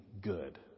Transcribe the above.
good